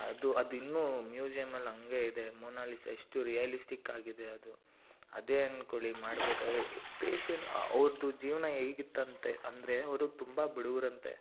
ಅದು ಅದಿನ್ನೂ ಮ್ಯೂಸಿಯಮ್ಮಲ್ಲಿ ಹಂಗೆ ಇದೆ ಮೊನಾಲಿಸಾ ಎಷ್ಟು ರಿಯಾಲಿಸ್ಟಿಕ್ಕಾಗಿದೆ ಅದು ಅದೇ ಅಂದ್ಕೊಳ್ಳಿ ಮಾಡಬೇಕಾಗಿ ಪೇಶೆನ್ ಅವ್ರದ್ದು ಜೀವನ ಹೇಗಿತ್ತು ಅಂತ ಅಂದರೆ ಅವರು ತುಂಬ ಬಡವ್ರಂತೆ